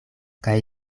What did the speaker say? kaj